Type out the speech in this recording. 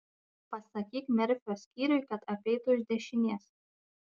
pasakyk merfio skyriui kad apeitų iš dešinės